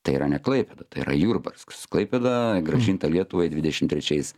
tai yra ne klaipėda tai yra jurbarsks klaipėda grąžinta lietuvai dvidešim trečiais